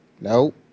Nope